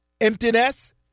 emptiness